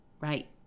right